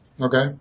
okay